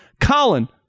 Colin